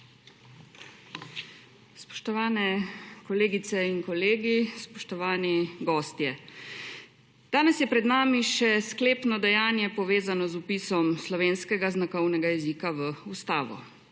Spoštovane kolegice in kolegi, spoštovani gostje! Danes je pred nami še sklepno dejanje povezano z vpisom slovenskega znakovnega jezika v Ustavo.